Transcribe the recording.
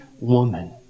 woman